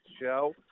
show